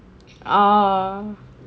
orh